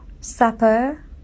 supper